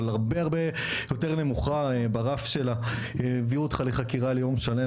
אבל הרבה יותר נמוכה ברף של הביאו אותך לחקירה ליום שלם,